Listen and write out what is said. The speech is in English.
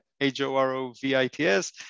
H-O-R-O-V-I-T-S